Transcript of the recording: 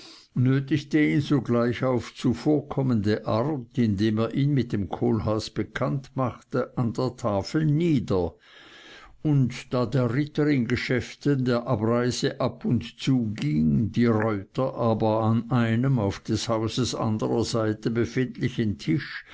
ihn sogleich auf zuvorkommende art indem er ihn mit dem kohlhaas bekannt machte an der tafel nieder und da der ritter in geschäften der abreise ab und zuging die reuter aber an einem auf des hauses anderer seite befindlichen tisch